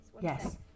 Yes